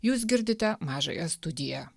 jūs girdite mažąją studiją